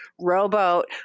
rowboat